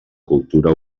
cultura